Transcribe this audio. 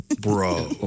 Bro